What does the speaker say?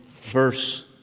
verse